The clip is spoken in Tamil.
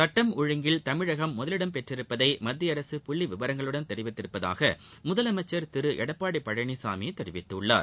சுட்டம் ஒழுங்கில் தமிழகம் முதலிடம் பெற்றுள்ளதை மத்திய அரசு புள்ளி விவரங்களுடன் தெரிவித்திருப்பதாக முதலமைச்சர் திரு எடப்பாடி பழனிசாமி தெரிவித்துள்ளார்